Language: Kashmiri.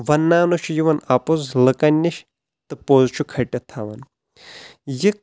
ونناونہٕ چھُ یِوان اپُز لُکَن نِش تہٕ پوٚز چھُ کھٹتھ تھاوان یہِ